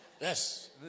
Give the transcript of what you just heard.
Yes